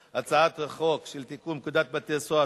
ההצעה להפוך את הצעת חוק לתיקון פקודת בתי-הסוהר